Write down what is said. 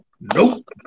Nope